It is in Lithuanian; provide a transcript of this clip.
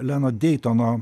leno deitono